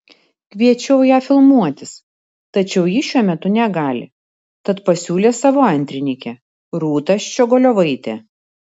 kviečiau ją filmuotis tačiau ji šiuo metu negali tad pasiūlė savo antrininkę rūtą ščiogolevaitę